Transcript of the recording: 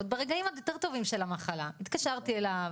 עוד ברגעים היותר טובים של המחלה התקשרתי אליו,